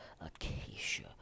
Acacia